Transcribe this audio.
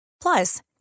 Plus